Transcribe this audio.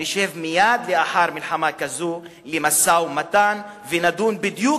נשב מייד לאחר מלחמה כזו למשא-ומתן ונדון בדיוק